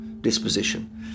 disposition